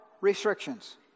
restrictions